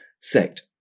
sect